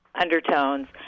undertones